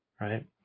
Right